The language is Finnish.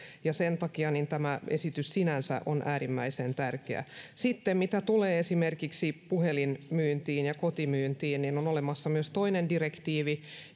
sen takia tämä esitys sinänsä on äärimmäisen tärkeä sitten mitä tulee esimerkiksi puhelinmyyntiin ja kotimyyntiin on olemassa myös toinen direktiivi